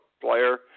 player